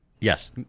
Yes